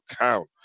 count